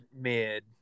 mid